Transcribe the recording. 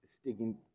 sticking